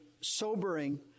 sobering